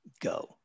go